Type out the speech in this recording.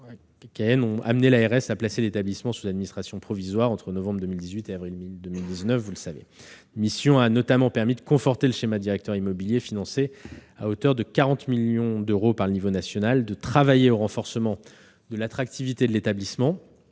ont conduit l'ARS à placer l'établissement sous administration provisoire entre novembre 2018 et avril 2019. Cette mission a permis notamment de conforter le schéma directeur immobilier, financé par l'État à hauteur de 40 millions d'euros, de travailler au renforcement de l'attractivité de l'établissement